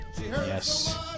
Yes